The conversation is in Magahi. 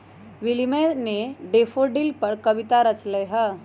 विलियम ने डैफ़ोडिल पर कविता रच लय है